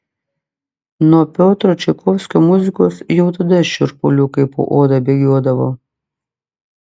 nuo piotro čaikovskio muzikos jau tada šiurpuliukai po oda bėgiodavo